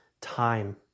time